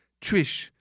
Trish